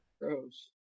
Gross